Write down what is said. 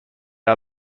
are